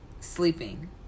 sleeping